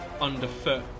underfoot